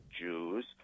Jews